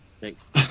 Thanks